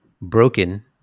broken